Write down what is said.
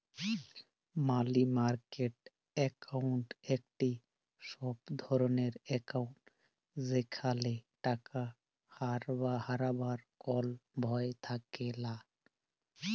মালি market account একটি safe রকমের account যেখালে টাকা হারাবার কল ভয় থাকেলা